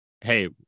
Hey